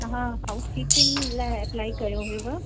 तव्हां housekeeping लाइ apply कयो हुयव